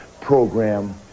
program